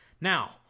Now